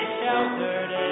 sheltered